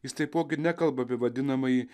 jis taipogi nekalba apie vadinamąjį